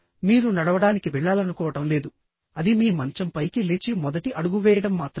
మీరు నడవడానికి వెళ్లాలనుకోవడం లేదు అది మీ మంచం పైకి లేచి మొదటి అడుగు వేయడం మాత్రమే